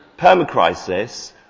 permacrisis